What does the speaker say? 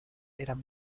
eran